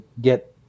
get